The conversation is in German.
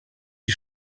die